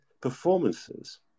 performances